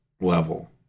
level